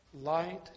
light